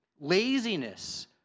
laziness